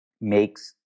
makes